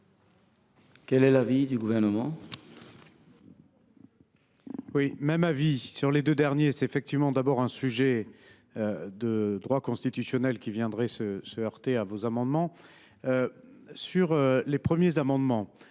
Quel est l’avis du Gouvernement ?